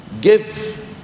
give